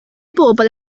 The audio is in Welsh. bobl